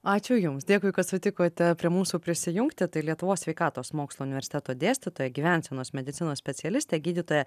ačiū jums dėkui kad sutikote prie mūsų prisijungti tai lietuvos sveikatos mokslų universiteto dėstytoja gyvensenos medicinos specialistė gydytoja